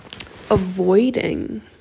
avoiding